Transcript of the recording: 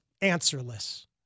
answerless